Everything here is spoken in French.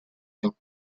vin